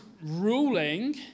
ruling